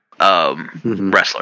Wrestler